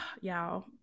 y'all